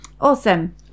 Awesome